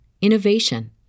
innovation